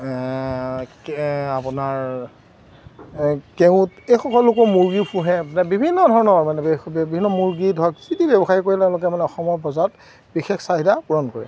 কে আপোনাৰ কেওট এই সকলোকো মুৰ্গী পুহে বিভিন্ন ধৰণৰ মানে বিভিন্ন মুৰ্গী ধৰক যি টি ব্যৱসায় কৰিলে লগে লগে মানে অসমৰ বজাৰত বিশেষ চাহিদা পূৰণ কৰে